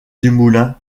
dumoulin